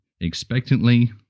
expectantly